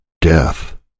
death